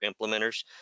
implementers